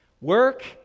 Work